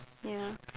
ya